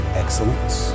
excellence